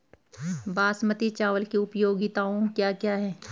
बासमती चावल की उपयोगिताओं क्या क्या हैं?